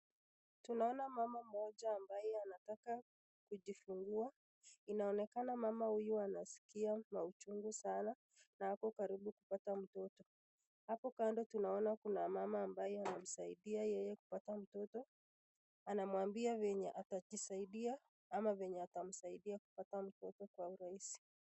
Tunaona mama mmoja ambaye anataka kujifungua ,inaonekana mama huyu anaskia mauchungu sana na ako karibu kupata mtoto. Apo kando tunaona kuna mama ambaye anamsaidia yeye kupata mtoto ,anamwambia venye atajisaidia ama venye atamsaidia kupata mtoto kwa urahisi.